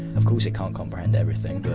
of course, it can't comprehend everything